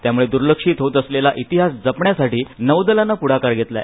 त्यामुळे दुर्लक्षित होत चाललेला इतिहास जपण्यासाठी नौदलान पुढाकार घेतला आहे